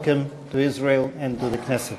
Welcome to Israel and to the Knesset.